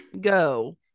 go